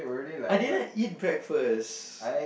I didn't eat breakfast